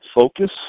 focus